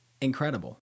incredible